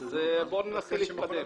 אז בואו ננסה להתקדם.